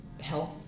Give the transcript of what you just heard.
health